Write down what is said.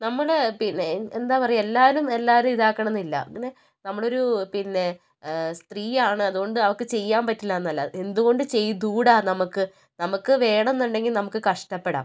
നമ്മൾ പിന്നെ എന്താണ് പറയുക എല്ലാവരും എല്ലാവരേയും ഇതാകണം എന്നില്ല അങ്ങനെ നമ്മൾ ഒരു പിന്നെ സ്ത്രീ ആണ് അതുകൊണ്ട് അവൾക്ക് ചെയ്യാൻ പറ്റില്ല എന്നല്ല എന്തുകൊണ്ട് ചെയ്തുകൂടാ നമുക്ക് നമുക്ക് വേണം എന്നുണ്ടെങ്കിൽ നമുക്ക് കഷ്ടപ്പെടാം